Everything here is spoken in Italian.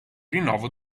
rinnovo